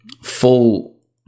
full